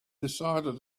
decided